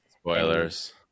Spoilers